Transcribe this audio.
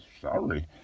sorry